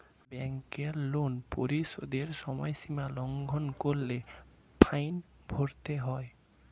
ব্যাংকের লোন পরিশোধের সময়সীমা লঙ্ঘন করলে ফাইন ভরতে হয়